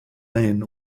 main